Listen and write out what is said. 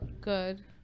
Good